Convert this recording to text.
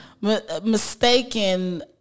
mistaken